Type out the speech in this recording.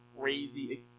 crazy